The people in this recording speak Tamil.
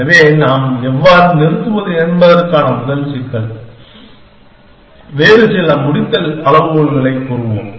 எனவே நாம் எவ்வாறு நிறுத்துவது என்பதற்கான முதல் சிக்கல் வேறு சில முடித்தல் அளவுகோல்களைக் கூறுவோம்